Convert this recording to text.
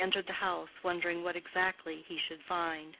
as he entered the house wondering what exactly he should find.